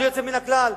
בלי יוצא מן הכלל,